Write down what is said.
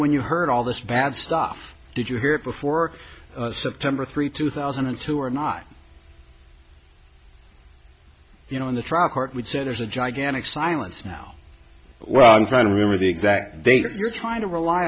when you heard all this bad stuff did you hear before september three two thousand and two or not you know in the trial court would say there's a gigantic silence now well i'm trying to remember the exact dates you're trying to rely